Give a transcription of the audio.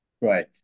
Right